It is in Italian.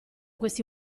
questi